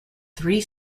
three